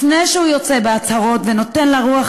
לפני שהוא יוצא בהצהרות ונותן לה רוח